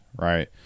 right